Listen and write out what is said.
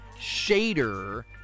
shader